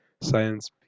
science